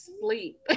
sleep